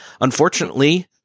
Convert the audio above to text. unfortunately